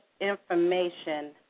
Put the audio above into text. information